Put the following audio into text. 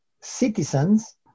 citizens